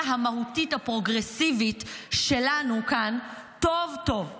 המהותית הפרוגרסיבית שלנו כאן טוב טוב,